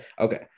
Okay